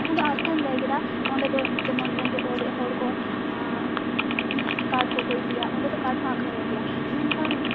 ᱡᱟᱦᱟᱸᱫᱚ ᱟᱲᱥᱟᱧ ᱞᱟᱹᱭ ᱠᱮᱫᱟ ᱚᱸᱰᱮ ᱫᱚ ᱡᱮᱢᱚᱱ ᱨᱮᱸᱜᱮᱡᱽ ᱚᱨᱮᱡ ᱦᱚᱲ ᱠᱚ ᱠᱟᱴ ᱠᱚᱠᱚ ᱤᱫᱤᱭᱟ ᱚᱸᱰᱮ ᱫᱚ ᱠᱟᱴ ᱦᱚᱸ ᱟᱠᱷᱨᱤᱧᱚᱜ ᱜᱮᱭᱟ ᱢᱮᱱᱠᱷᱟᱱ